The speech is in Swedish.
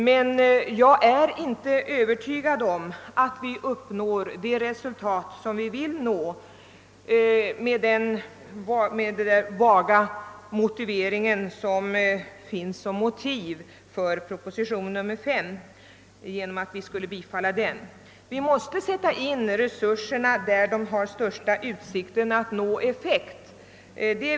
Men jag är inte övertygad om att vi uppnår det resultat vi vill med den vaga motivering, som föreligger för att bifalla proposition nr 5. Vi måste sätta in resurserna där de har största utsikten att nå effekt.